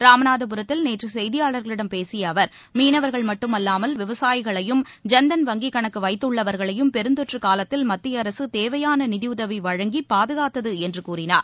ராமநாதபுரத்தில் நேற்று செய்தியாளர்களிடம் பேசிய அவர் மீனவர்கள் மட்டுமல்லாமல் விவசாயிகளையும் ஜன்தன் வங்கிக் கணக்கு வைத்துள்ளவர்களையும் பெருந்தொற்று காலத்தில் மத்திய அரசு தேவையான நிதியுதவி வழங்கி பாதுகாத்தது என்று கூறினார்